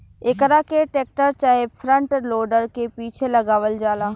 एकरा के टेक्टर चाहे फ्रंट लोडर के पीछे लगावल जाला